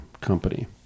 Company